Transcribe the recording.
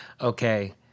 okay